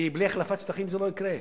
כי בלי החלפת שטחים זה לא יקרה.